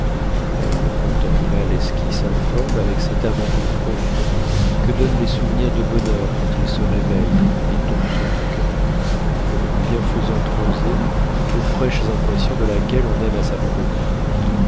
elle contempla l'esquisse informe avec cet abandon profond que donnent les souvenirs de bonheur quand ils se réveillent et tombent sur le coeur comme une bienfaisante rosée aux fraîches impressions de laquelle on aime à s'abandonner